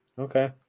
Okay